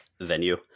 venue